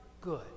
good